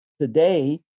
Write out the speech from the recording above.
today